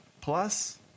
plus